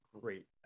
great